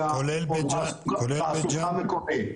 האזורי,